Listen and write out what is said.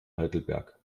heidelberg